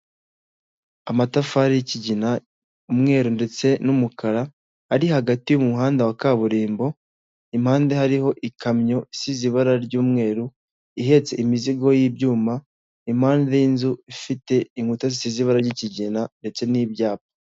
Amatafari y'ikigina umweru ndetse n'umukara ari hagati y'umuhanda wa kaburimbo, impande hariho ikamyo isize ibara ry'umweru ihetse imizigo y'ibyuma, impande y'inzu ifite inkuta zisize ibara ry'ikigina ndetse n'ibyapa.